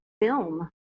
film